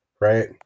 right